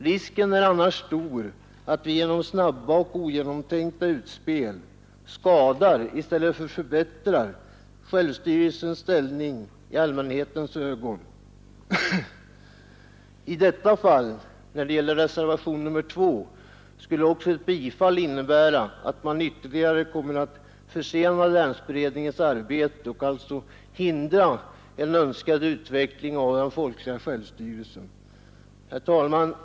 Risken är annars stor för att vi genom snabba och ogenomtänkta utspel skadar i stället för förbättrar självstyrelsens ställning i allmänhetens ögon. I detta fall skulle också ett bifall till reservationen 2 innebära att man kommer att ytterligare försena länsberedningens arbete och alltså hindra en önskad utveckling av den folkliga självstyrelsen. Herr talman!